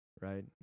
Right